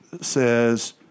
says